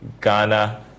Ghana